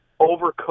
overcooked